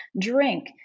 drink